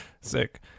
Sick